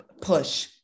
Push